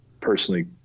personally